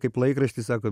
kaip laikraštį sako